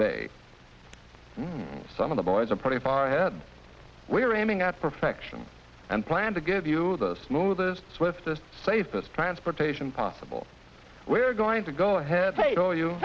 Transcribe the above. bay some of the boys are pretty fine head we are aiming at perfection and plan to give you the smoothest swiftest safest transportation possible we're going to go ahead